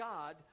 God